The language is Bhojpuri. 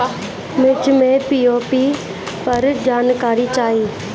मिर्च मे पी.ओ.पी पर जानकारी चाही?